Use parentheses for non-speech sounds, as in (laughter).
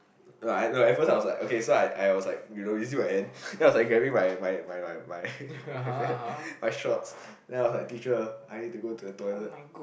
like at first I something okay so I I was like you know my end then I was like grabbing my my my my my pants (laughs) my shorts then I was like teacher I need to go to the toilet